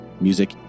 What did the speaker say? Music